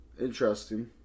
Interesting